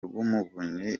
rw’umuvunyi